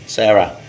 Sarah